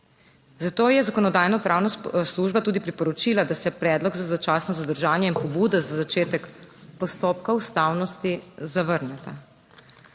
Zato je Zakonodajno-pravna služba tudi priporočila, da se predlog za začasno zadržanje in pobudo za začetek postopka ustavnosti zavrneta.